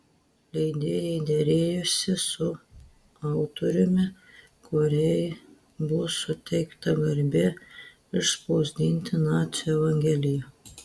leidėjai derėjosi su autoriumi kuriai bus suteikta garbė išspausdinti nacių evangeliją